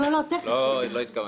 לא התכוונתי.